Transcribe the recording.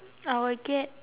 I will get